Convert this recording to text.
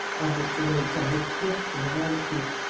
on which were laid some rich gifts for her majesty.